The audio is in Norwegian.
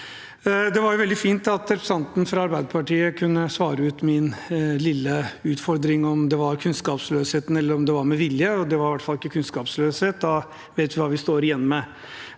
veldig fint at representanten fra Arbeiderpartiet kunne svare ut min lille utfordring om hvorvidt det var kunnskapsløshet eller om det var med vilje. Det var i hvert fall ikke kunnskapsløshet. Da vet vi hva vi står igjen med,